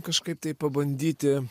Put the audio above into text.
kažkaip tai pabandyti